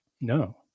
No